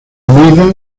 almeida